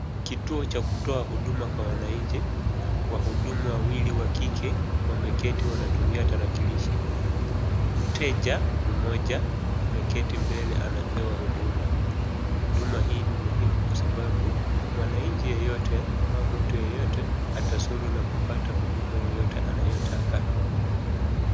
Kituo cha kutoa huduma kwa wananchi, wahudumu wawili wakike wameketi wanatumia tarakilishi. Mteja mmoja ameketi mbele anapewa huduma. Huduma hii ni muhimu kwa sababu mwananchi yeyote ama mtu yeyote atazuru na kupata huduma yeyote anayotaka.